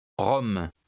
Rome